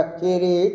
kiri